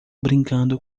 brincando